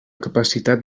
capacitat